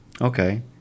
okay